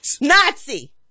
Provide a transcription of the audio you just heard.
Nazi